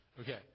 okay